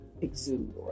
exude